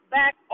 back